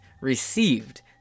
received